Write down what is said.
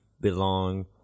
belong